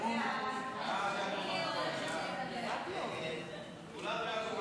להעביר את הצעת חוק